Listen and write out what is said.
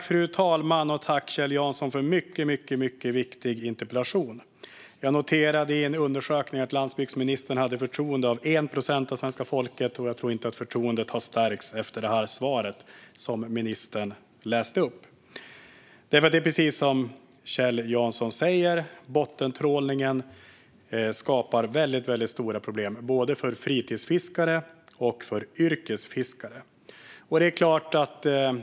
Fru talman! Tack, Kjell Jansson, för en mycket viktig interpellation! Jag noterade i en undersökning att 1 procent av svenska folket har förtroende för landsbygdsministern, och jag tror inte att förtroendet har stärkts efter det svar som ministern läste upp. Precis som Kjell Jansson säger skapar bottentrålningen väldigt stora problem både för fritidsfiskare och för yrkesfiskare.